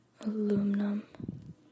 Aluminum